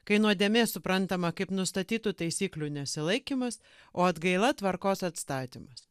kai nuodėmė suprantama kaip nustatytų taisyklių nesilaikymas o atgaila tvarkos atstatymas